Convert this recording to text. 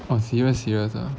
!wah! serious serious ah